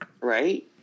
Right